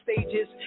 stages